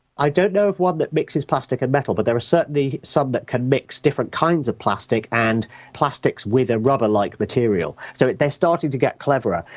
i don't know of one that mixes plastic and metal, but there are certainly some that can mix different kinds of plastic and plastics with a rubber-like material. so they're starting to get cleverer,